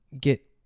get